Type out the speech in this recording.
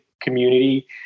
community